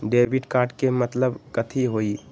Debit card के मतलब कथी होई?